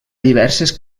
diverses